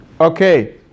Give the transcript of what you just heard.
Okay